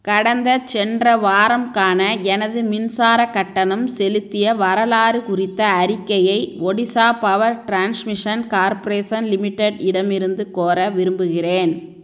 கடந்த சென்ற வாரமுக்கான எனது மின்சாரக் கட்டணம் செலுத்திய வரலாறு குறித்த அறிக்கையை Odisha power transmission corporation limited இடமிருந்து கோர விரும்புகிறேன்